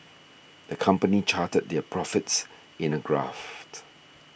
the company charted their profits in a graft